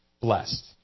blessed